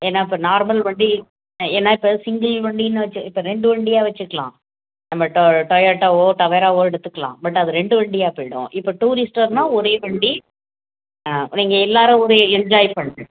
ஏன்னா இப்போ நார்மல் வண்டி ஏன்னா இப்போ சிங்கிள் வண்டின்னு வச்சு இப்போ ரெண்டு வண்டியாக வச்சுக்கலாம் நம்ம டொ டொயட்டாவோ டவேராவோ எடுத்துக்கலாம் பட் அது ரெண்டு வண்டியாக போய்விடும் இப்போ டூரிஸ்ட்டர்னா ஒரே வண்டி ஆ நீங்கள் எல்லாரும் ஒரே என்ஜாய் பண்ணலாம்